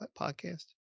podcast